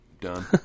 done